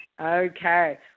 Okay